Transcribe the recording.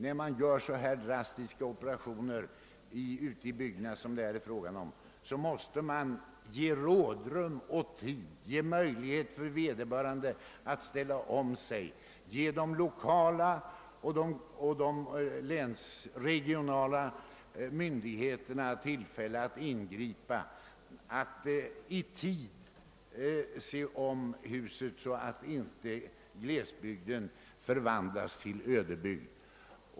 När man gör så drastiska operationer i bygderna som det här är fråga om måste man ge de kommunala och länsregionala myndigheterna rådrum och tid, ge dem möjlighet att ställa om sig, ge dem tillfälle att ingripa för att i tid se om sitt hus så att inte glesbygden förvandlas till ödebygd.